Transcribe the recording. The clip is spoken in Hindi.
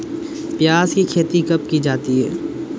प्याज़ की खेती कब की जाती है?